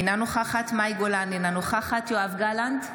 אינה נוכחת מאי גולן, אינה נוכחת יואב גלנט,